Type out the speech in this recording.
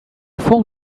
phone